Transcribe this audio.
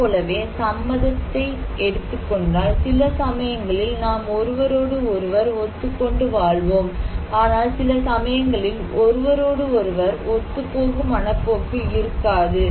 அதுபோலவே சம்மதத்தை எடுத்துக்கொண்டால் சில சமயங்களில் நாம் ஒருவரோடு ஒருவர் ஒத்துக்கொண்டு வாழ்வோம் ஆனால் சில சமயங்களில் ஒருவரோடு ஒருவர் ஒத்துப்போகும் மனப்போக்கு இருக்காது